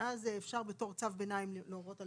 ואז אפשר בתור צו ביניים להורות על